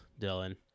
Dylan